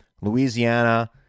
Louisiana